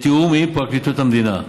בתיאום עם פרקליטות המדינה.